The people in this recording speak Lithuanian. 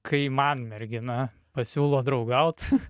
kai man mergina pasiūlo draugaut